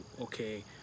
okay